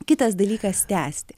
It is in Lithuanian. kitas dalykas tęsti